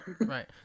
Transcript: right